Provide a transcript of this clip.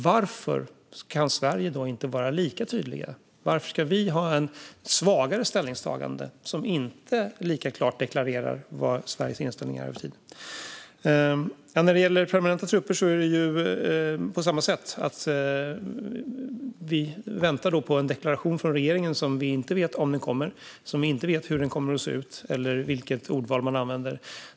Varför kan Sverige i dag inte vara lika tydligt? Varför ska vi ha ett svagare ställningstagande som inte lika klart deklarerar vad Sveriges inställning är? När det gäller permanenta trupper är det på samma sätt. Vi väntar på en deklaration från regeringen. Vi vet inte om den kommer, och vi vet inte hur den kommer att se ut eller vilket ordval man gör.